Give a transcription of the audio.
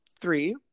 Three